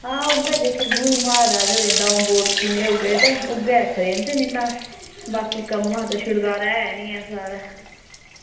ते इत्त उऐ जेह्के गुरू म्हाराज हुंदे दौ बोल सुने दे होगे उऐ सुने न तां बाकी कम्मा शा छुटकारा ते ऐ निं साढ़ा